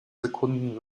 sekunden